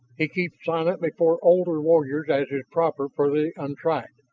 he keeps silent before older warriors proper for the untried,